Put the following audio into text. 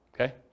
Okay